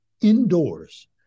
indoors